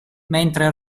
mentre